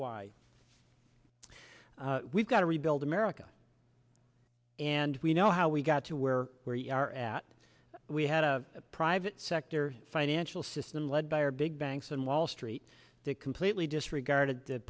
why we've got to rebuild america and we know how we got to where we are at we had a private sector financial system led by our big banks and wall street that completely disregarded th